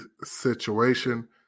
situation